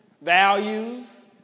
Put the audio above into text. values